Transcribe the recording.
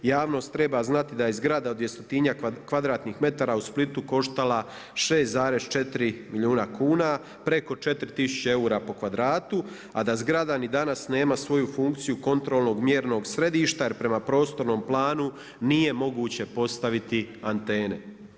Javnost treba znati da je zgrada od 200-njak kvadratnih metara u Splitu koštala 6,4 milijuna kuna preko 4 tisuće eura po kvadratu, a da zgrada ni danas nema svoju funkciju kontrolnog mjernog središta jer prema prostornom planu nije moguće postaviti antene.